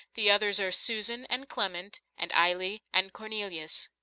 the others are susan, and clement, and eily, and cornelius.